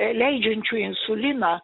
leidžiančių insuliną